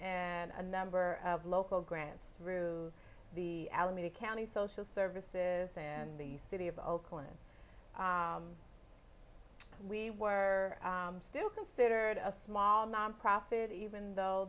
and a number of local grants through the alameda county social services and the city of oakland we were still considered a small nonprofit even though